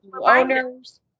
owners